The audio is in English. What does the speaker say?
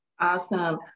Awesome